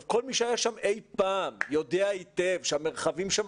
כל מי שהיה שם אי-פעם יודע היטב שהמרחבים שם